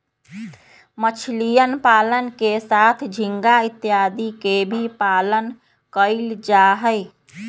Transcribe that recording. मछलीयन पालन के साथ झींगा इत्यादि के भी पालन कइल जाहई